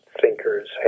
thinkers